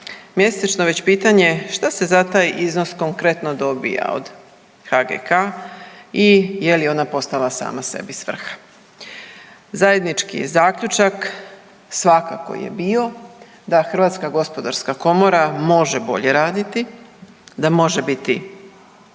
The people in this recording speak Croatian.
mjesečno, već pitanje što se za taj iznos konkretno dobija od HGK-a i je li ona postala sama sebi svrha. Zajednički zaključak svakako je bio da Hrvatska gospodarska komora može bolje raditi, da može biti